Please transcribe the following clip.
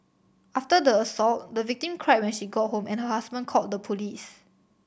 after the assault the victim cried when she got home and her husband called the police